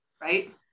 right